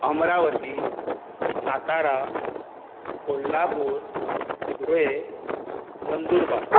अम्रावती सातारा कोल्हापूर धुळेर नंदुरबा